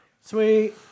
Sweet